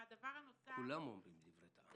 כולם אומרים דברי טעם.